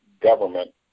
government